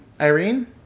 irene